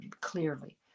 clearly